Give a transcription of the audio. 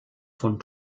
von